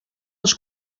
als